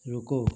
रुको